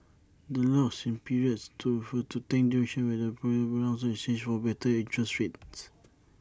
the locks in periods refers to duration where A borrower is bound to A bank in exchange for better interest rates